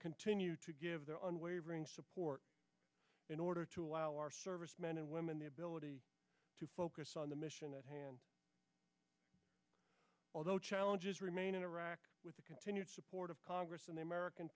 continue to give their unwavering support in order to allow our servicemen and women the ability to focus on the mission at hand although challenges remain in iraq with the continued support of congress and the american